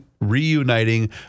reuniting